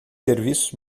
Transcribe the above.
serviços